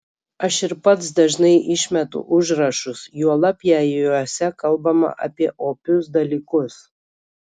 aš ir pats dažnai išmetu užrašus juolab jei juose kalbama apie opius dalykus